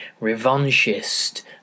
revanchist